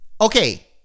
okay